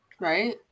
Right